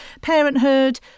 parenthood